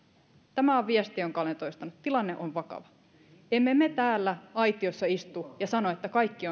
tämä on viesti jonka olen toistanut tilanne on vakava emme me täällä aitiossa istu ja sano että kaikki